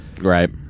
right